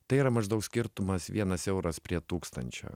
tai yra maždaug skirtumas vienas euras prie tūkstančio